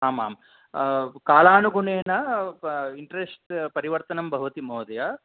आम् आम् कालानुगुणेन इण्ट्रेष्ट् परिवर्तनं भवति महोदय